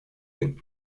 bin